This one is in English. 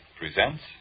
presents